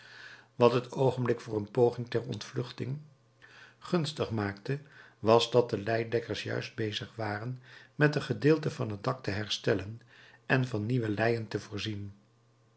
wat het oogenblik voor een poging ter ontvluchting gunstig maakte was dat de leidekkers juist bezig waren met een gedeelte van het dak te herstellen en van nieuwe leien te voorzien